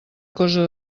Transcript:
cosa